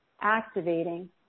activating